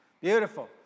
Beautiful